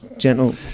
Gentle